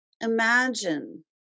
Imagine